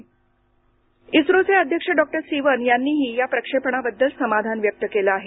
इस्रो इस्रोचे अध्यक्ष डॉक्टर सिवन यांनीही या प्रक्षेपणाबद्दल समाधान व्यक्त केलं आहे